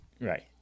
Right